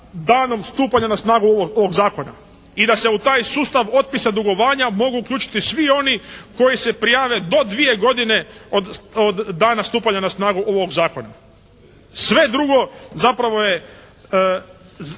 danom stupanja na snagu ovog zakona. I da se u taj sustav otpisa dugovanja mogu uključiti svi oni koji se prijave do dvije godine od dana stupanja na snagu ovog zakona. Sve drugo zapravo je